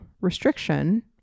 restriction